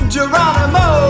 Geronimo